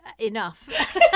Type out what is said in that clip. enough